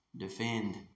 Defend